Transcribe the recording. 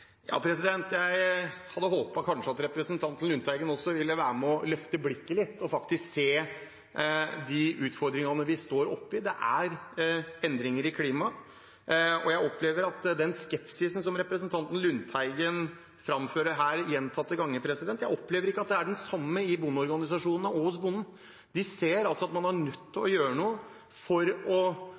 Jeg hadde kanskje håpet at representanten Lundteigen også ville være med og løfte blikket litt og faktisk se de utfordringene vi står oppe i. Det er endringer i klimaet. Jeg opplever at den skepsisen som representanten Lundteigen framfører her gjentatte ganger, ikke er den samme i bondeorganisasjonene eller hos bonden. De ser at man er nødt til å gjøre noe for å